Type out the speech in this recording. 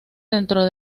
dentro